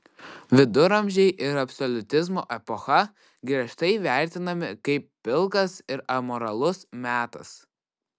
viduramžiai ir absoliutizmo epocha griežtai vertinami kaip pilkas ir amoralus metas